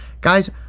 guys